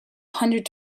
hundred